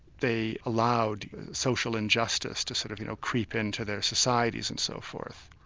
they allowed social injustice to sort of you know creep in to their societies, and so forth.